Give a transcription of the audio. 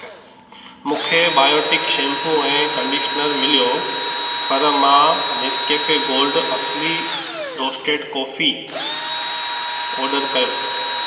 मूंखे biotic shampoo ऐं conditioner मिलियो पर मां नेस्कैफे गोल्ड असली रोस्टेड कॉफी ऑडर कयो